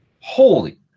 Holy